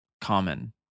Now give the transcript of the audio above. Common